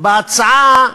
דופק את האזרחים.